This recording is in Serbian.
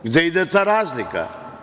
Gde ide ta razlika?